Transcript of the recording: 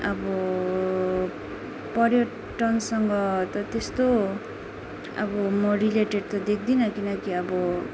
अब पर्यटनसँग त त्यस्तो अब म रिलेटेड त देख्दिनँ किनकि अब